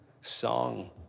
song